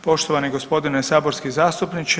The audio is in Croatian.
Poštovani g. saborski zastupniče.